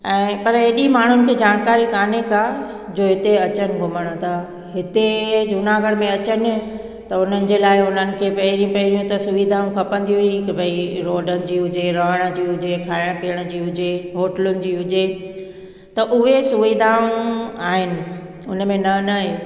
ऐं पर एॾी माण्हुनि खे जानकारी कोन्हे का जो हिते अचण घुमण त हिते जूनागढ़ में अचनि त हुननि जे लाइ हुननि खे पहिरीं पहिरियूं त सुविधाउनि खपंदी हुई की ॿई रोडनि जूं जे रहण जूं जे खाइणु पीअण जी हुजे होटलुनि हुजे त उहे सुविधाऊं आहिनि हुन में न नाहे